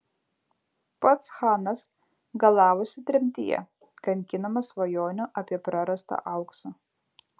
pats chanas galavosi tremtyje kankinamas svajonių apie prarastą auksą